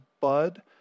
bud